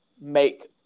make